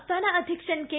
സംസ്ഥാന അധ്യക്ഷൻ കെ